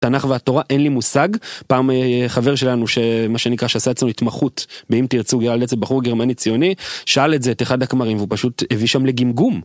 תנ״ך והתורה אין לי מושג, פעם א.. חבר שלנו ש.. מה שנקרא שעשה אצלנו התמחות באם תרצו גר אצל איזה בחור גרמני ציוני שאל את זה את אחד הכמרים והוא פשוט הביא שם לגמגום.